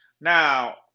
Now